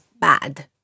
bad